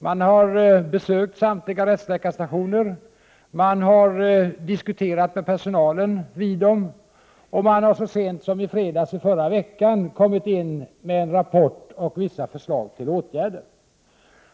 Man har besökt samtliga rättsläkarstationer och diskuterat med personalen där, och så sent som i fredags i förra veckan har man lämnat en rapport med vissa förslag till åtgärder.